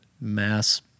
mass